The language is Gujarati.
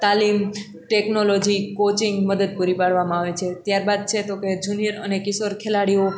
તાલીમ ટેક્નોલોજી કોચિંગ મદદ પૂરી પાડવામાં આવે છે ત્યારબાદ છે તો કે જુનિયર અને કિશોર ખેલાડીઓ